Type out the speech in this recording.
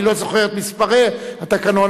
אני לא זוכר את מספרי התקנון,